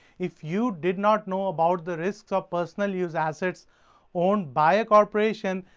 if you did not know about the risks of personal use assets owned by a corporation,